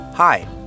Hi